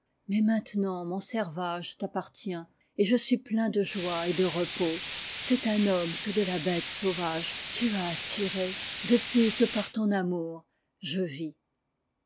mais maintenant mon servage t'appartient et je suis plein de joie et de repos c'est un homme que de la bête sauvage tu as tiré depuis que par ton amour je vis